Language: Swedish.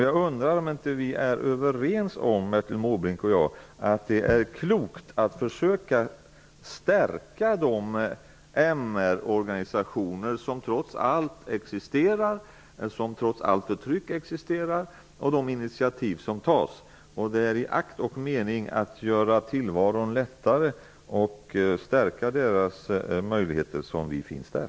Jag undrar om vi inte är överens om Bertil Måbrink och jag att det är klokt att försöka stärka de MR organisationer som trots allt förtryck existerar och de initiativ som tas. Det är i akt och mening att göra tillvaron lättare och stärka deras möjligheter som vi finns där.